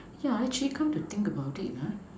yeah actually come to think about it ah